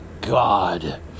God